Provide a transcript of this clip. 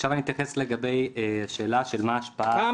עכשיו אתייחס לגבי השאלה של מה ההשפעה --- פעם